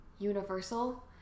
Universal